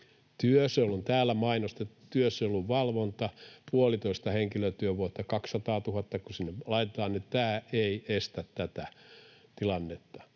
työsuojeluvalvonta — puolitoista henkilötyövuotta ja 200 000, joka sinne laitetaan — ei estä tätä tilannetta.